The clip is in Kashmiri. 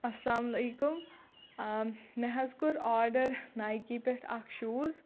اَسلامُ علیکُم آ مےٚ حظ کوٚر آرڈَر نایِکی پٮ۪ٹھ اَکھ شوٗز